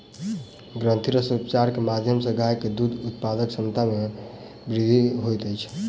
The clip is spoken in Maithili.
ग्रंथिरस उपचार के माध्यम सॅ गाय के दूध उत्पादनक क्षमता में वृद्धि होइत अछि